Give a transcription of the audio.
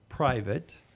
private